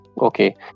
Okay